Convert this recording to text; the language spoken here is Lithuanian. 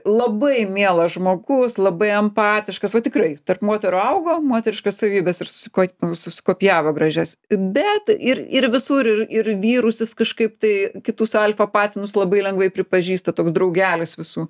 labai mielas žmogus labai empatiškas va tikrai tarp moterų augo moteriškas savybes ir susiko susikopijavo gražias bet ir ir visur ir ir vyrus jis kažkaip tai kitus alfa patinus labai lengvai pripažįsta toks draugelis visų